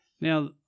Now